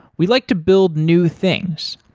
we like to build new things,